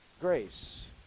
grace